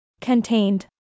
Contained